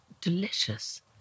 delicious